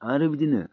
आरो बिदिनो